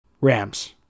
Rams